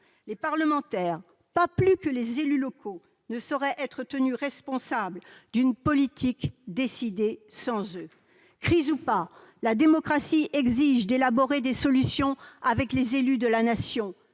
Les parlementaires, pas plus que les élus locaux, ne sauraient être tenus responsables d'une politique décidée sans eux. Crise ou pas, la démocratie exige d'élaborer des solutions avec les élus de la Nation,